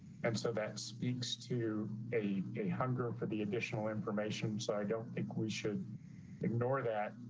and so that speaks to a a hunger for the additional information. so i don't think we should ignore that.